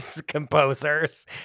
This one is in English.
composers